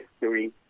history